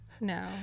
no